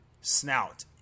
snout